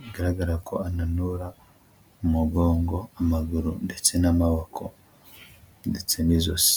bigaragara ko ananura umugongo, amaguru ndetse n'amaboko ndetse n'izosi.